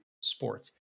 sports